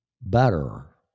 better